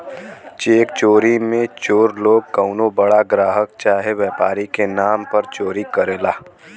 check चोरी मे चोर लोग कउनो बड़ा ग्राहक चाहे व्यापारी के नाम पर चोरी करला